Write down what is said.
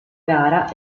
gara